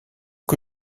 que